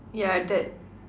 yeah that's